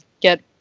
get